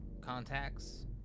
contacts